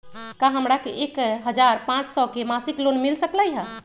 का हमरा के एक हजार पाँच सौ के मासिक लोन मिल सकलई ह?